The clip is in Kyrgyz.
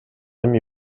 эми